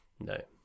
no